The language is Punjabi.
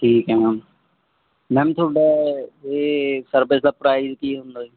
ਠੀਕ ਹੈ ਮੈਮ ਤੁਹਾਡੀ ਇਹ ਸਰਵਿਸ ਦਾ ਪ੍ਰਾਈਜ ਕੀ ਹੁੰਦਾ ਜੀ